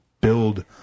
build